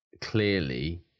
clearly